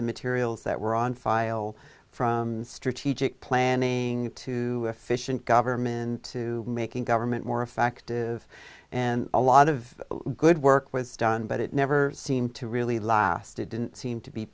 the materials that were on file from strategic planning to efficient government to making government more effective and a lot of good work was done but it never seemed to really last it didn't seem to be